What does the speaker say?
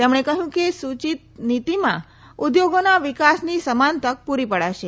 તેમણે કહયું કે સુચિતનીતીમાં ઉદ્યોગોના વિકાસની સમાન તક પુરી પડાશે